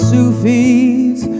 Sufis